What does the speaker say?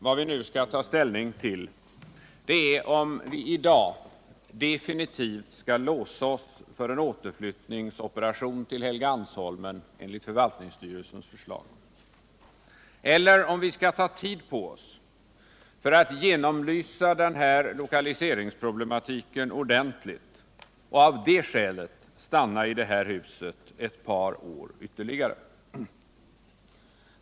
Vad vi nu skall ta ställning till är om vi i dag definitivt skall låsa oss för en återflyttningsoperation till Helgeandsholmen enligt förvaltningsstyrelsens förslag, eller om vi skall ta tid på oss för att genomlysa den här lokaliseringsproblematiken ordentligt och av det skälet stanna ytterligare ett par år i det här huset.